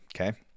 okay